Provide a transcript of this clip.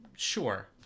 sure